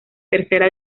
tercera